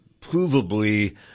provably